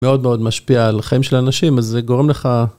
מאוד מאוד משפיע על החיים של האנשים, אז זה גורם לך...